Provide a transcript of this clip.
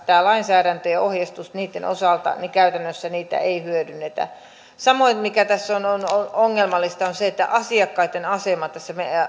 tämä lainsäädäntö ja ohjeistus niitten osalta on niin epäselvä niin käytännössä niitä ei hyödynnetä samoin mikä tässä on on ongelmallista on se että asiakkaitten asema tässä